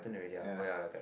ya